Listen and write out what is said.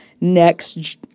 Next